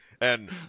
And-